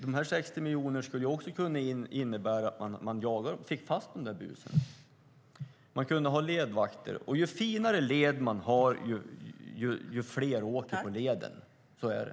De 60 miljonerna skulle också kunna innebära att man fick resurser att jaga och sätta fast busåkarna. Man kunde ha ledvakter. Ju finare led man har, desto fler kommer att åka på den. Så är det.